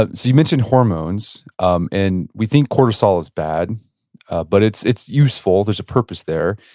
ah you mentioned hormones um and we think cortisol is bad but it's it's useful, there's a purpose there.